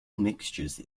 mixtures